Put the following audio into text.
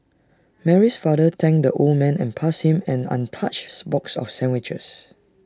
Mary's father thanked the old man and passed him an on touches box of sandwiches